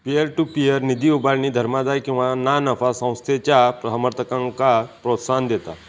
peer to peer निधी उभारणी धर्मादाय किंवा ना नफा संस्थेच्या समर्थकांक प्रोत्साहन देता